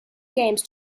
games